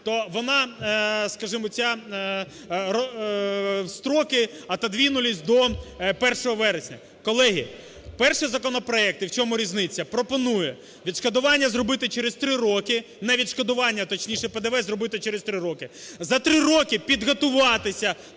то вона, скажімо, ця… строки отодвинулись до 1 вересня. Колеги, перший законопроект (в чому різниця) пропонує відшкодування зробити через три роки. Не відшкодування, а точніше ПДВ зробити через три роки. За три роки підготуватися